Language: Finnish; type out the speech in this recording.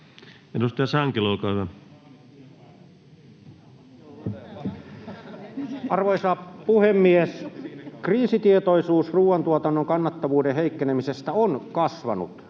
kesk) Time: 16:17 Content: Arvoisa puhemies! Kriisitietoisuus ruoantuotannon kannattavuuden heikkenemisestä on kasvanut,